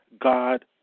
God